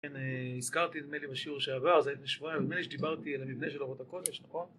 כן הזכרתי נדמה לי בשיעור שעבר זה היה לפני שבועיים נדמה לי שדיברתי על המבנה של אורות הקודש נכון